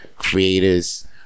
Creators